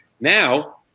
Now